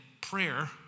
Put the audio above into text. prayer